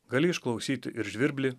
gali išklausyt ir žvirblį